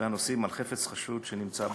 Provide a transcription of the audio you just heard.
והנוסעים על חפץ חשוד שנמצא באוטובוס.